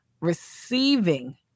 receiving